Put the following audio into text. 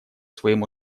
своим